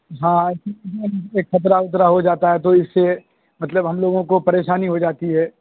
ہاں کیوںکہ اس میں خطرہ وطرہ ہو جاتا ہے تو اس سے مطلب ہم لوگوں کو پریشانی ہو جاتی ہے